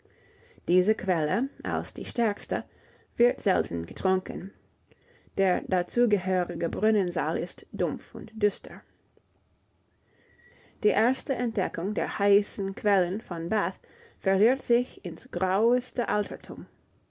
diese quelle als die stärkste wird selten getrunken der dazugehörige brunnensaal ist dumpf und düster die erste entdeckung der heißen quellen von bath verliert sich ins graueste altertum